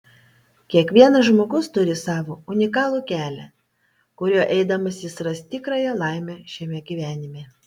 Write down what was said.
kiekvienas žmogus turi savo unikalų kelią kuriuo eidamas jis ras tikrąją laimę šiame gyvenime